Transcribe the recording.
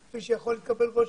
כפי שיכול להתקבל רושם,